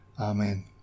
Amen